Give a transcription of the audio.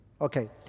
Okay